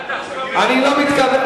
אל תחשוב, זאב, התעוררת.